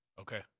Okay